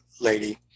lady